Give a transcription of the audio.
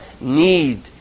need